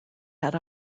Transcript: had